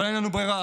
אבל אין לנו ברירה.